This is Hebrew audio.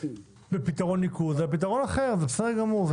באמצעות פתרון ניקוז אלא פתרון אחר זה בסדר גמור,